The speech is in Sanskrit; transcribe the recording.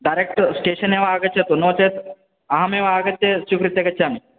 डैरेक्ट् स्टेशन् एव आगच्छतु नो चेत् अहमेव आगत्य स्वीकृत्य गच्छामि